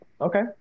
Okay